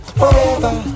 forever